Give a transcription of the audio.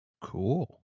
Cool